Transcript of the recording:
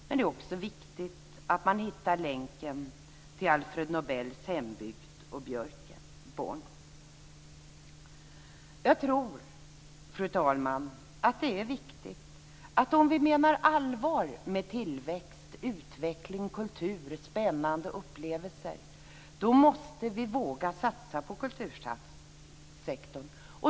Men det är också viktigt att man hittar länken till Alfred Nobels hembygd och Björkborn. Fru talman! Jag tror att det är viktigt att om vi menar allvar med tillväxt, utveckling, kultur och spännande upplevelser då måste vi våga satsa på kultursektorn.